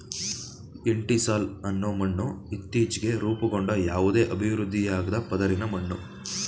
entisol ಅನ್ನೋ ಮಣ್ಣು ಇತ್ತೀಚ್ಗೆ ರೂಪುಗೊಂಡ ಯಾವುದೇ ಅಭಿವೃದ್ಧಿಯಾಗ್ದ ಪದರಿನ ಮಣ್ಣು